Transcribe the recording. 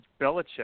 Belichick